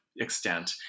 extent